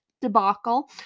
debacle